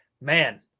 man